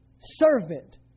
servant